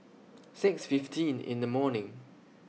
six fifteen in The morning